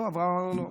לא, אברהם אמר לו.